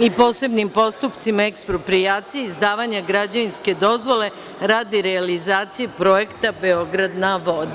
i posebnim postupcima eksproprijacije i izdavanja građevinske dozvole radi realizacije Projekta „Beograd na vodi“